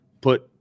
put